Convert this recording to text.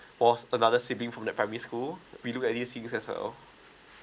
was another sibling from that primary school we look at these things as well